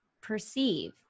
perceive